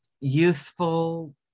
useful